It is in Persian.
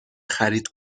خرید